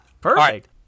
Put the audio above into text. Perfect